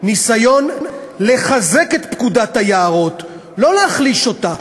ניסיון לחזק את פקודת היערות, לא להחליש אותה,